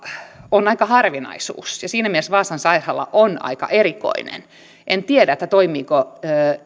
on aika harvinaisuus ja siinä mielessä vaasan sairaala on aika erikoinen en tiedä toimiiko